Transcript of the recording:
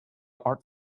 art